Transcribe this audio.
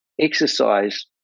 exercise